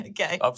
Okay